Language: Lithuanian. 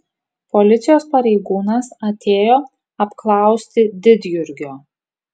policijos pareigūnas atėjo apklausti didjurgio